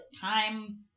time